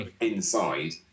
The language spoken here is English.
inside